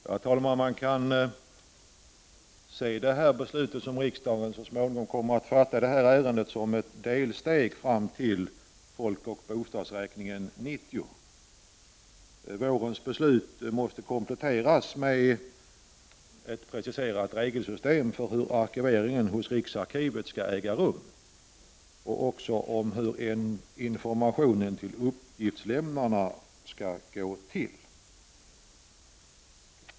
Herr talman! Man kan se det beslut som riksdagen så småningom kommer att fatta i det här ärendet som ett delsteg fram till folkoch bostadsräkningen 1990. Vårens beslut måste kompletteras med ett preciserat regelsystem för 55 hur arkiveringen i riksarkivet skall göras och för hur informationen till uppgiftslämnarna skall gå till.